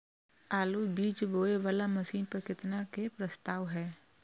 आलु बीज बोये वाला मशीन पर केतना के प्रस्ताव हय?